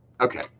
Okay